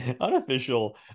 unofficial